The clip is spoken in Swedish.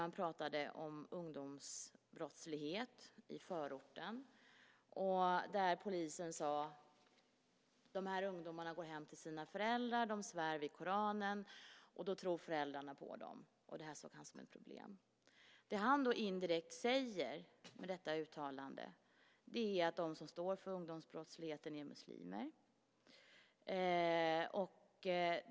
Man pratade om ungdomsbrottslighet i förorten. Polisen sade: De här ungdomarna går hem till sina föräldrar. De svär vid Koranen och då tror föräldrarna på dem. Det såg han som ett problem. Det han indirekt säger med detta uttalande är att de som står för ungdomsbrottsligheten är muslimer.